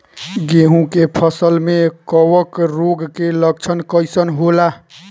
गेहूं के फसल में कवक रोग के लक्षण कइसन होला?